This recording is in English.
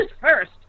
first